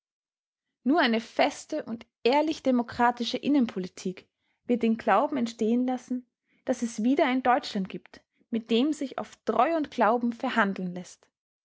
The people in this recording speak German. nur eine feste und ehrlich demokratische innenpolitik wird den glauben erstehen lassen daß es wieder ein deutschland gibt mit dem sich auf treu und glauben verhandeln läßt